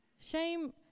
Shame